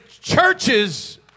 churches